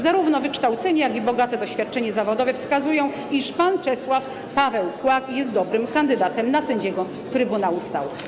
Zarówno wykształcenie, jak i bogate doświadczenie zawodowe wskazują, że pan Czesław Paweł Kłak jest dobrym kandydatem na sędziego Trybunału Stanu.